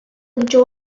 enjoy